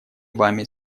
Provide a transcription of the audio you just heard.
вами